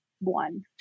one